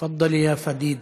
תפדלי, יא פדידה.